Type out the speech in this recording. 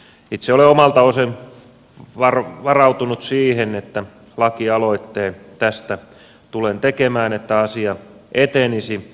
itse olen omalta osin varautunut siihen että lakialoitteen tästä tulen tekemään niin että asia etenisi